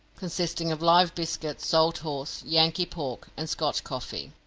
consisting of live biscuit, salt horse, yankee pork, and scotch coffee.